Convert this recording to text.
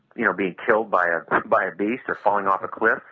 you know, being killed by ah by a beast or falling off a cliff